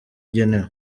igenewe